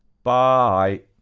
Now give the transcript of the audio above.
bye